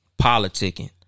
politicking